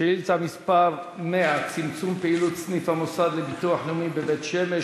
שאילתה מס' 100: צמצום פעילות סניף המוסד לביטוח לאומי בבית-שמש,